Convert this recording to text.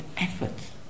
efforts